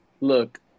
look